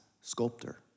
sculptor